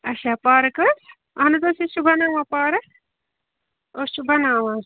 اچھا پارک حظ اہن حظ أسۍ حظ چھِ بَناوان پارک أسۍ چھِ بَناوان